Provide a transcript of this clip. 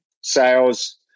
sales